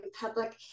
public